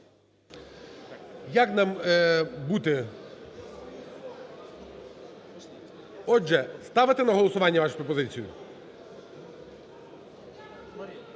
Як нам бути? Отже, ставити на голосування вашу пропозицію?